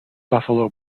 buffalo